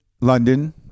London